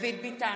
דוד ביטן,